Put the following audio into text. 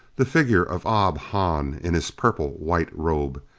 the figure of ob hahn in his purple-white robe,